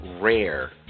rare